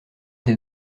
des